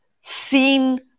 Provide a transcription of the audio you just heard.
seen